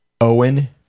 owen